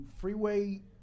Freeway